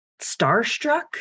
starstruck